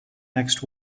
next